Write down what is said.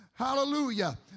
Hallelujah